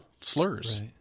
slurs